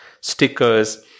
stickers